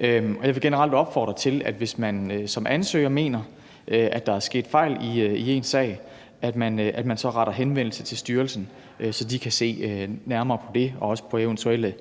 jeg vil generelt opfordre til, at man, hvis man som ansøger mener, at der er sket fejl i ens sag, så retter henvendelse til styrelsen, så de kan se nærmere på det og også på eventuelle